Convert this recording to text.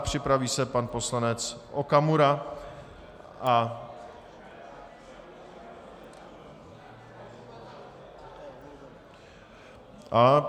Připraví se pan poslanec Okamura a...